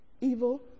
evil